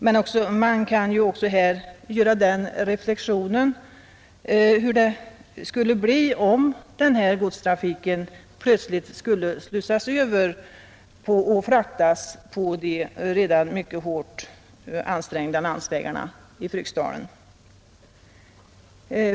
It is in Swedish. Man kan också här göra den reflexionen hur det skulle bli om denna godstrafik plötsligt skulle slussas över och fraktas på de redan mycket hårt ansträngda landsvägarna i Fryksdalen.